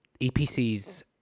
epcs